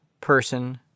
person